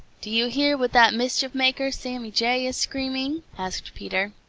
do you hear what that mischief-maker, sammy jay, is screaming? asked peter.